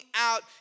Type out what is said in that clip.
out